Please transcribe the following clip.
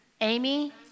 Amy